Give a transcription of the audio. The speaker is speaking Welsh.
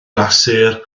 glasur